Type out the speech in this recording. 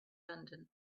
london